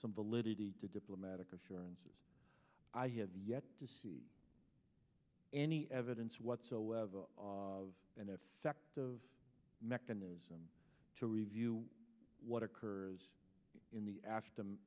some validity to diplomatic assurances i have yet to see any evidence whatsoever of an effective mechanism to review what occurred in the after